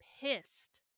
pissed